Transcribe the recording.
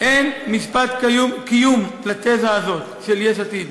אין משפט קיום לתזה הזאת של יש עתיד.